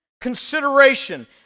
consideration